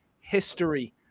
history